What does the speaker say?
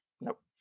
Nope